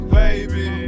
baby